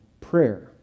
prayer